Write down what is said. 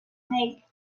make